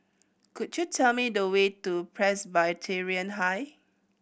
could you tell me the way to Presbyterian High